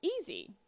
easy